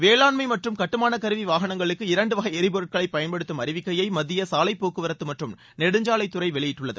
வேளாண்மை மற்றும் கட்டுமான கருவி வாகனங்களுக்க இரண்டுவகை எரிப்பொருட்களை பயன்படுத்தும் அறிவிக்கையை மத்திய சாவைப்போக்குவரத்து மற்றும் நெடுஞ்சாலை துறை வெளியிட்டுள்ளது